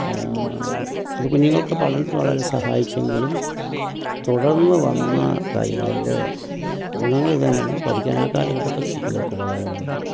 അത് കുഞ്ഞുങ്ങൾക്ക് പഠനത്തിൽ വളരെ സഹായിച്ചെങ്കിലും തുടർന്ന് വന്ന കാര്യങ്ങളതിന്റെ ഗുണങ്ങൾ തന്നേണ് പഠിക്കാണ കാലഘട്ടത്തിൽ കുട്ടികൾക്കുപകരമായിരുന്നു